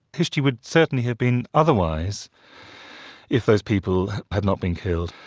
history would certainly have been otherwise if those people had not been killed.